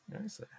Nice